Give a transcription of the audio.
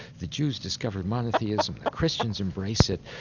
the jews discovered monotheism, the christians embrace it,